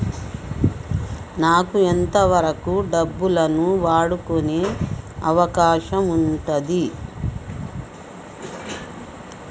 నాకు ఎంత వరకు డబ్బులను వాడుకునే అవకాశం ఉంటది?